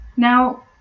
Now